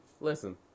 Listen